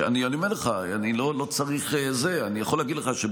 אני יכול להראות לך.